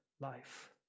life